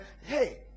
hey